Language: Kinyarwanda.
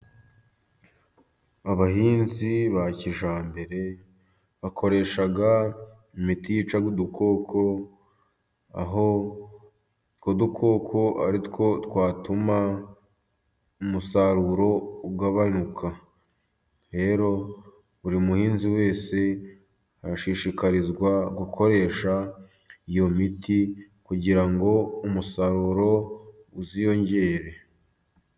Abahinzi ba kijyambere bakoresha imiti yica udukoko, aho utwo dukoko ari two twatuma umusaruro ugabanuyuka, rero buri muhinzi wese ashishikarizwa gukoresha iyo miti kugira ngo umusaruro uziyongere.